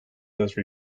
those